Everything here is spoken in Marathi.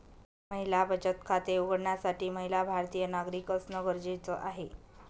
महिला बचत खाते उघडण्यासाठी महिला भारतीय नागरिक असणं गरजेच आहे